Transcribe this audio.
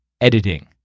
editing